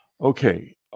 Okay